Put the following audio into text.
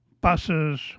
buses